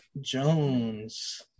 Jones